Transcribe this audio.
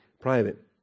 private